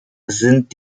sind